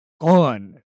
gone